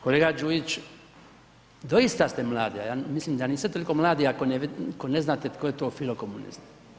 Kolega Đujić, doista ste mladi a ja mislim da niste toliko mladi ako ne znate tko je to filokomunist.